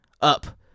up